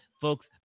folks